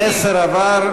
המסר עבר.